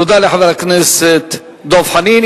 תודה לחבר הכנסת דב חנין.